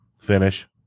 Finish